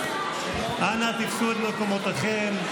אנא תפסו את מקומותיכם.